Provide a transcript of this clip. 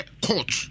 court